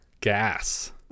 Gas